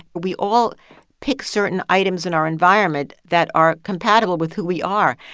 we all pick certain items in our environment that are compatible with who we are.